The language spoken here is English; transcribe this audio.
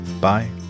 Bye